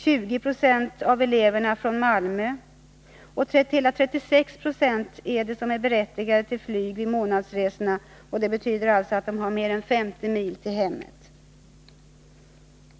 20 90 av eleverna från Malmö — jag har i dag fått uppgift om att 30 elever kommer därifrån — och hela 36 90 är berättigade till flyg vid månadsresorna, vilket betyder att de har mer än 50 mil till hemmet.